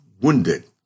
wounded